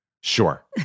Sure